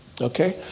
Okay